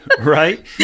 Right